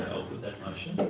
that motion.